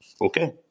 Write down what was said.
okay